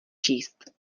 číst